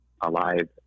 alive